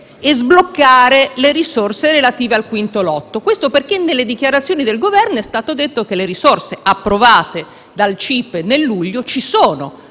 sbloccare le risorse relative al V Lotto». Dico questo perché nelle dichiarazioni del Governo è stato detto che le risorse approvate dal CIPE a luglio ci sono